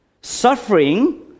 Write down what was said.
suffering